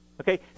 Okay